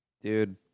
Dude